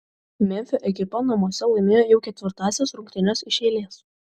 memfio ekipa namuose laimėjo jau ketvirtąsias rungtynes iš eilės